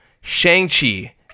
Shang-Chi